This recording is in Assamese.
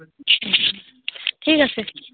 ঠিক আছে